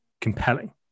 compelling